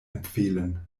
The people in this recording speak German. empfehlen